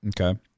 Okay